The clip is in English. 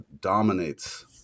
dominates